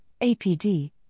APD